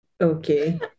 Okay